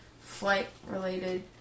flight-related